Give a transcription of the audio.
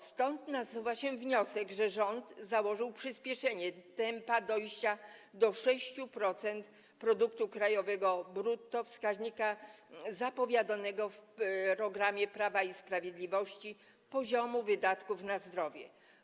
Stąd nasuwa się wniosek, że rząd założył przyspieszenie tempa dojścia do 6% produktu krajowego brutto - wskaźnika zapowiadanego w programie Prawa i Sprawiedliwości poziomu wydatków na zdrowie.